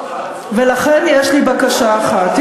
ולכן, יש לי בקשה אחת.